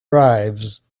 drives